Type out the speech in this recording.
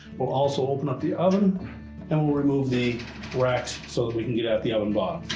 we'll also open up the oven and we'll remove the racks so that we can get out the oven bottom.